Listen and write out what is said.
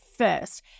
first